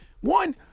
One